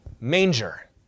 manger